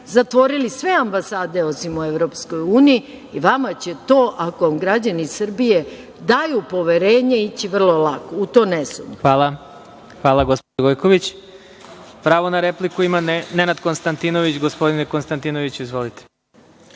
zatvorili sve ambasade, osim u EU, i vama će to, ako vam građani Srbije daju poverenje, ići vrlo lako. U to ne sumnjam. **Vladimir Marinković** Hvala, gospođo Gojković. Pravo na repliku ima Nenad Konstantinović. Gospodine Konstantinoviću, izvolite.